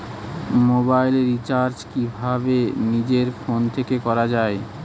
Mobile recharge কিভাবে নিজের phone থেকে করা য়ায়?